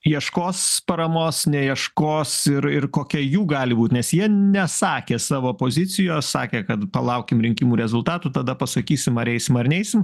ieškos paramos neieškos ir ir kokia jų gali būt nes jie nesakė savo pozicijos sakė kad palaukim rinkimų rezultatų tada pasakysim ar eisim ar neisim